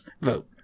vote